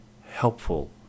helpful